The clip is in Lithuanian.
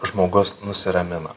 žmogus nusiramina